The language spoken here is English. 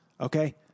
Okay